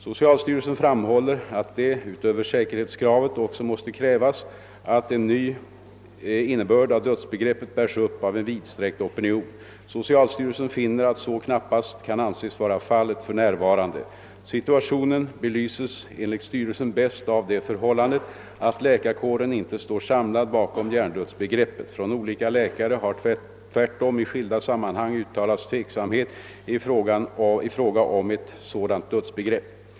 Socialstyrelsen framhåller att det, utöver säkerhetskravet, också måste krävas att en ny innebörd av dödsbegreppet bärs upp av en vidsträckt opinion. Socialstyrelsen finner att så knappast kan anses vara fallet för närvarande. Situationen belyses enligt styrelsen bäst av det förhållandet att läkarkåren inte står samlad bakom hjärndödsbegreppet. Från olika läkare har tvärtom i skilda sammanhang uttalats tveksamhet i fråga öm ett sådant dödsbegrepp.